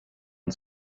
and